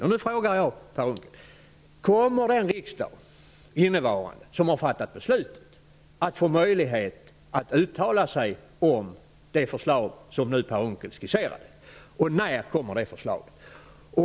Jag vill nu fråga Per Unckel: Kommer innevarande riksmöte, som har fattat beslutet, att få möjlighet att uttala sig om det förslag som Per Unckel nu skisserar, och när kommer det förslaget?